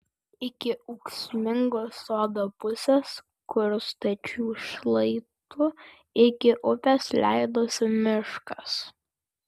iki ūksmingos sodo pusės kur stačiu šlaitu iki upės leidosi miškas